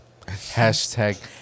Hashtag